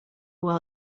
była